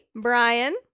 Brian